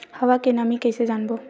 हवा के नमी ल कइसे जानबो?